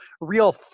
real